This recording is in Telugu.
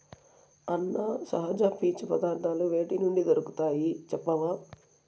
అన్నా, సహజ పీచు పదార్థాలు వేటి నుండి దొరుకుతాయి చెప్పవా